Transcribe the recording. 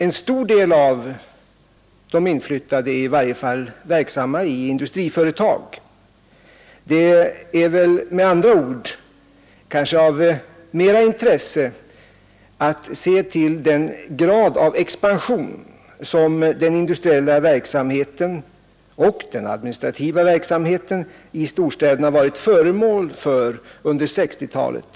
En stor del av de inflyttade är i varje fall verksamma i industriföretag. Det är med andra ord kanske av mera intresse att se till den grad av expansion som den industriella och den administrativa verksamheten i storstäderna varit föremål för under 1960-talet.